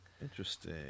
interesting